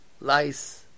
lice